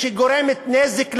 מזויפת, שגורמת נזק לבריאות,